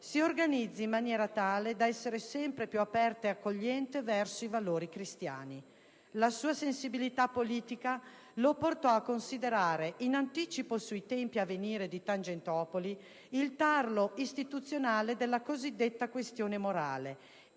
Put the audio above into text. si organizzi in maniera tale da essere sempre più aperta e accogliente verso i valori cristiani. La sua sensibilità politica lo portò a considerare, in anticipo sui tempi a venire di Tangentopoli, il tarlo istituzionale della cosiddetta questione morale